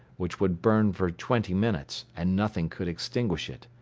which would burn for twenty minutes, and nothing could extinguish it.